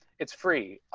it's free.